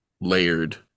layered